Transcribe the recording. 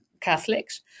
Catholics